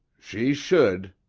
she should,